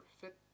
fit